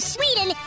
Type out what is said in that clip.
Sweden